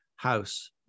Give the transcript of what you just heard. house